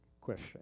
question